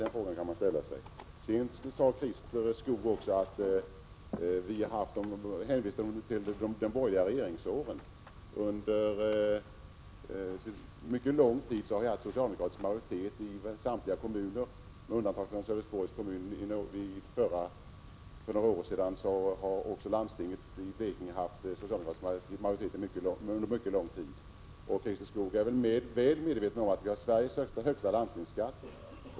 Christer Skoog hänvisade till de borgerliga regeringsåren. Under mycket lång tid har vi haft socialdemokratisk majoritet i samtliga kommuner i Blekinge, med undantag för Sölvesborgs kommun. Ända till för några år sedan har också landstinget i Blekinge under mycket lång tid haft socialdemokratisk majoritet. Christer Skoog är väl medveten om att vi har Sveriges högsta landstingsskatt.